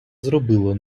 зробило